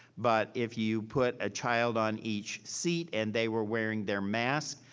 but if you put a child on each seat and they were wearing their mask,